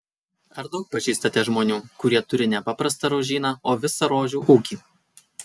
ar daug pažįstate žmonių kurie turi ne paprastą rožyną o visą rožių ūkį